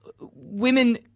women